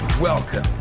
Welcome